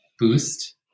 boost